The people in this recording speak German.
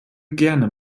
gerne